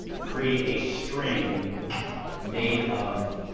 create a string made of